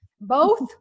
both-